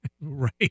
Right